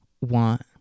want